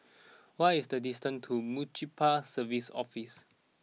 what is the distance to Municipal Services Office